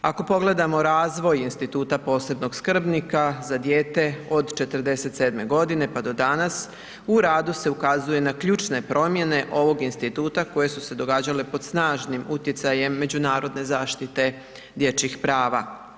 Ako pogledamo razvoj instituta posebnog skrbnika za dijete od '47. godine pa do danas u radu se ukazuje se na ključne promjene ovog instituta koje su se događale pod snažim utjecajem međunarodne zaštite dječjih prava.